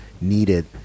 needed